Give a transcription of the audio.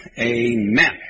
amen